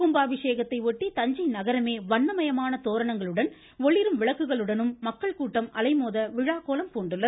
கும்பாபிஷேகத்தை ஒட்டி தஞ்சை நகரமே வண்ணமயமான தோரணங்களுடனும் ஒளிரும் விளக்குகளுடனும் மக்கள் கூட்டம் அலைமோத விழாக்கோலம் பூண்டுள்ளது